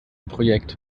projekt